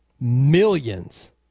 millions